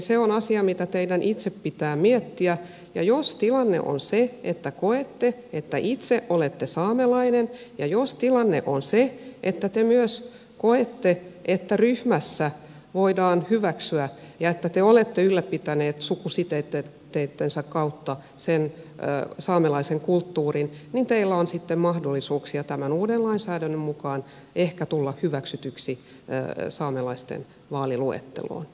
se on asia jota teidän itse pitää miettiä ja jos tilanne on se että koette että itse olette saamelainen ja jos tilanne on se että te myös koette että ryhmässä voidaan hyväksyä ja että te olette ylläpitänyt sukusiteittenne kautta sitä saamelaista kulttuuria teillä on sitten mahdollisuuksia tämän uuden lainsäädännön mukaan ehkä tulla hyväksytyksi saamelaisten vaaliluetteloon